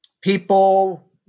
People